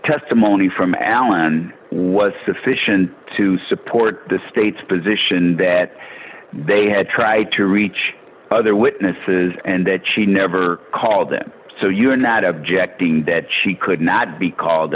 testimony from allen was sufficient to support the state's position that they had tried to reach other witnesses and that she never called them so you are not objecting that she could not be called